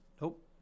Nope